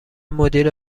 مدیر